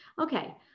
Okay